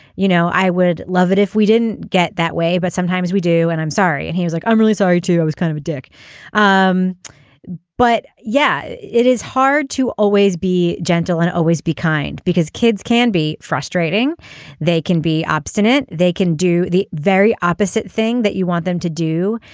you know i would love it if we didn't get that way but sometimes we do and i'm sorry. and he was like i'm really sorry too i was kind of a dick um but yeah it is hard to always be gentle and always be kind because kids can be frustrating they can be obstinate they can do the very opposite thing that you want them to do.